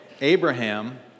Abraham